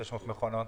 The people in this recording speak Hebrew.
ב-2,600 מכונות?